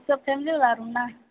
सभ फैमिलीवला रूम न